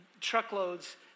Truckloads